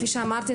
כפי שאמרתי,